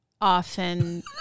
often